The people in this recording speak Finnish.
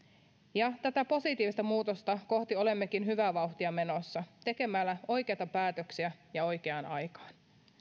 ja tätä positiivista muutosta kohti olemmekin hyvää vauhtia menossa tekemällä oikeita päätöksiä ja oikeaan aikaan